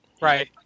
Right